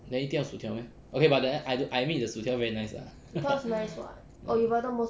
then 一定要薯条 meh okay but then I admit the 薯条 is very nice lah ya